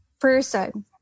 person